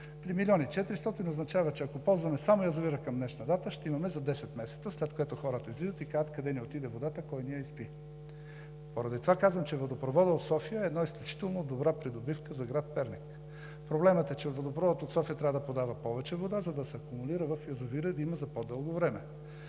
и 400 означава, че ако ползваме само язовира към днешна дата, ще имаме вода за 10 месеца, след което хората излизат и казват: къде ни отиде водата, кой ни я изпи? Поради това казвам, че водопроводът от София е една изключително добра придобивка за град Перник. Проблемът е, че водопроводът от София трябва да подава повече вода, за да се акумулира в язовира и да има за по-дълго време.